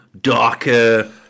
darker